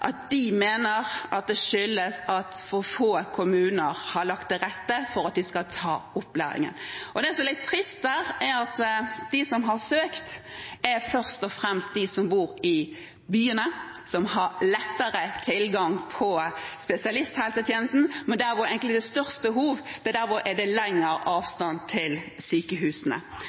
at de mener at det skyldes at for få kommuner har lagt til rette for at de skal ta opplæringen. Det som er litt trist, er at de som har søkt, er først og fremst de som bor i byene – som har lettere tilgang til spesialisthelsetjenesten. Men der det er størst behov, er det lengre avstand til sykehusene.